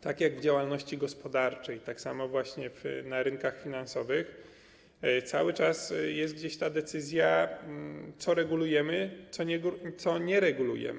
tak jak w działalności gospodarczej, tak samo właśnie na rynkach finansowych cały czas jest gdzieś ta decyzja, co regulujemy, a czego nie regulujemy.